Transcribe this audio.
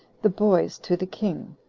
the boys to the king,